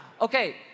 Okay